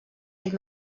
ell